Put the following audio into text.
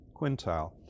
quintile